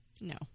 No